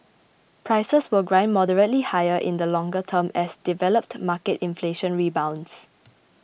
prices will grind moderately higher in the longer term as developed market inflation rebounds